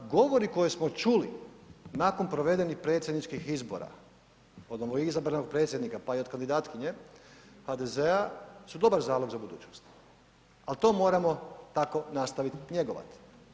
Govori koje smo čuli nakon provedenih predsjedničkih izbora od novoizabranog predsjednika, pa i od kandidatkinje HDZ-a su dobar zalog za budućnost, al to moramo tako nastavit njegovat.